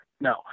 no